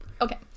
Okay